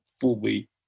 fully